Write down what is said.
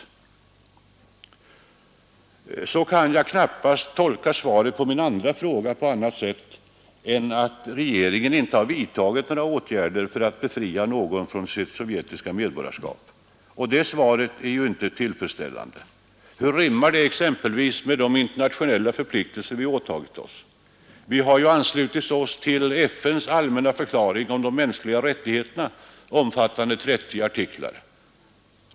Måndagen den Så kan jag knappast tolka svaret på min andra fråga på annat sätt än 11 december 1972 att regeringen icke har vidtagit några åtgärder för att befria någon från — sitt sovjetiska medborgarskap. Och det svaret är inte tillfredsställande. Ang. rättsskyddet för svenskar med jag är stötande för ett rättssamhälle som i alla avseenden bemödar sig om Hur rimmar det med de internationella förpliktelser vi åtagit oss? Vi har anslutit oss till FN:s allmänna förklaring om de mänskliga rättigheterna, som omfattar 30 artiklar.